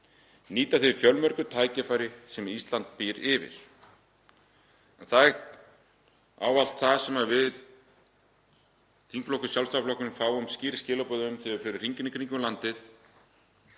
Nýta þau fjölmörgu tækifæri sem Ísland býr yfir. Það er ávallt það sem við í þingflokki Sjálfstæðisflokksins fáum skýr skilaboð um þegar við förum hringinn í kringum landið: